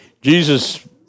Jesus